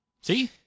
See